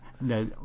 No